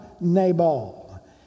Nabal